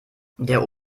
der